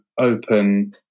open